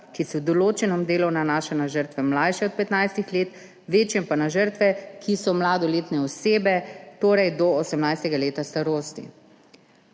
ki se v določenem delu nanaša na žrtve, mlajše od 15 let, v večjem pa na žrtve, ki so mladoletne osebe, torej do 18. leta starosti.